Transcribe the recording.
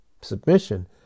submission